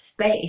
space